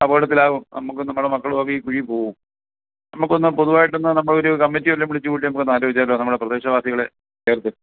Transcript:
അപകടത്തിലാവും നമുക്കും നമ്മുടെ മക്കളും ഒക്കെ ഈ കുഴിയിൽ പോകും നമുക്ക് ഒന്ന് പൊതുവായിട്ടൊന്ന് നമ്മൾ ഒരു കമ്മിറ്റി വല്ലതും വിളിച്ചുകൂട്ടി നമുക്കൊന്ന് ആലോചിച്ചാലോ നമ്മു ടെ പ്രദേശവാസികളെ ചേർത്ത്